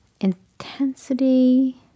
Intensity